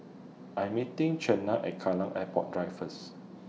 I'm meeting Cheyanne At Kallang Airport Drive First